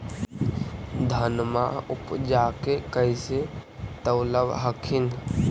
धनमा उपजाके कैसे तौलब हखिन?